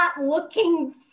looking